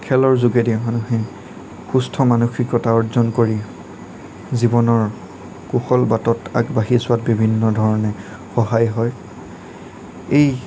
খেলৰ যোগেদি মানুহে সুস্থ মানসিকতা অৰ্জন কৰি জীৱনৰ কুশল বাটত আগবাঢ়ি যোৱাত বিভিন্ন ধৰণে সহায় হয় এই